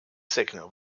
signal